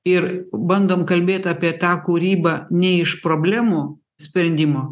ir bandom kalbėt apie tą kūrybą ne iš problemų sprendimo